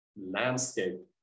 landscape